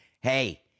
Hey